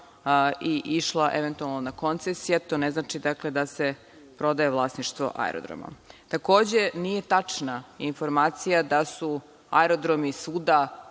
i išla eventualno na koncesije, to ne znači da se prodaje vlasništvo aerodroma. Takođe, nije tačna informacija da su aerodromi svuda